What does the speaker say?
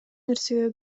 нерсеге